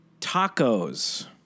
tacos